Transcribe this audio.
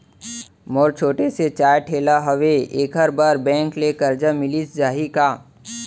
मोर छोटे से चाय ठेला हावे एखर बर बैंक ले करजा मिलिस जाही का?